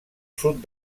sud